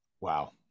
Wow